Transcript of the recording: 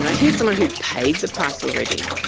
and here's someone who paid the price already.